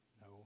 No